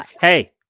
Hey